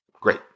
Great